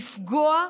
לפגוע,